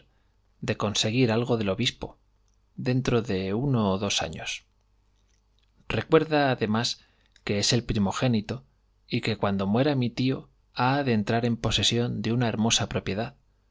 de conseguir algo del obispo dentro de uno o dos años recuerda además que es el primogénito y que cuando muera mi tío ha de entrar en posesión de una hermosa propiedad